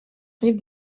rive